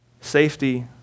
safety